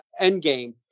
endgame